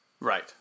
Right